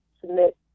submit